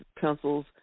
pencils